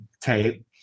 tape